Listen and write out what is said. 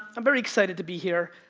i'm very excited to be here.